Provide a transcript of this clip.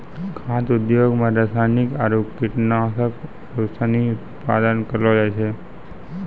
खाद्य उद्योग मे रासायनिक आरु कीटनाशक आरू सनी उत्पादन करलो जाय छै